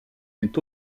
n’est